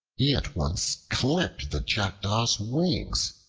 he at once clipped the jackdaw's wings,